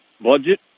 budget